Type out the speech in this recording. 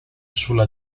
sulla